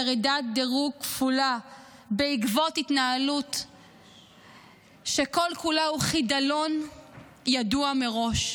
ירידת דירוג כפולה בעקבות התנהלות שכל-כולה הוא חידלון ידוע מראש.